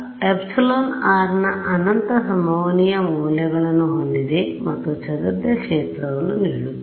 εr ನ ಅನಂತ ಸಂಭವನೀಯ ಮೌಲ್ಯಗಳನ್ನು ಹೊಂದಿದೆ ಮತ್ತುಚದುರಿದ ಕ್ಷೇತ್ರವನ್ನು ನೀಡುತ್ತದೆ